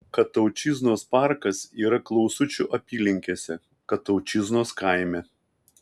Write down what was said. kataučiznos parkas yra klausučių apylinkėse kataučiznos kaime